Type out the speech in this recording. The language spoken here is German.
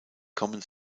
kommen